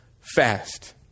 fast